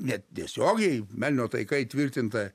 netiesiogiai melnio taika įtvirtinta